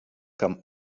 comme